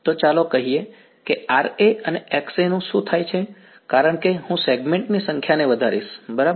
તો ચાલો જોઈએ કે Ra અને Xa નું શું થાય છે કારણ કે હું સેગમેન્ટ ની સંખ્યાને વધારીશ બરાબર